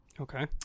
okay